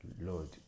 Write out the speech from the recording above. lord